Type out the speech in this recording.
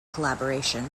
collaboration